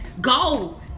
Go